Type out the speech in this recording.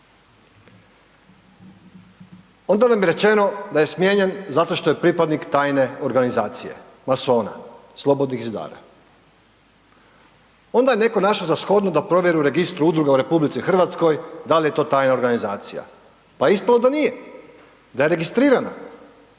Onda nam je rečeno da je smijenjen zato što je pripadnik tajne organizacije, masona, slobodnih zidara. Onda je netko našao za shodno da provjere u Registru udruga u RH da li je to tajna organizacija, pa je ispalo da nije, da je registrirana,